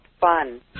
fun